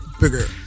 bigger